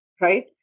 right